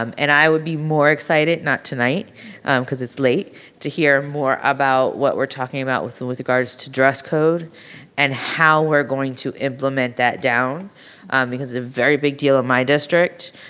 and i would be more excited not tonight cause it's late to hear more about what we're talking about with and with regards to dress code and how we're going to implement that down because it's a very big deal in ah my district.